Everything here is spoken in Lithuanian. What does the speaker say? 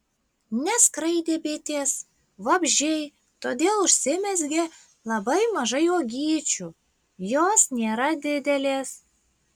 neskraidė bitės vabzdžiai todėl užsimezgė labai mažai uogyčių jos nėra didelės